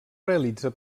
realitza